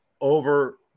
over